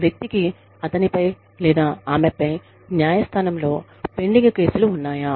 వ్యక్తికి అతనిపై లేదా ఆమెపై న్యాయస్థానంలో పెండింగ్ కేసులు ఉన్నాయా